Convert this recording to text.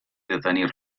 detenir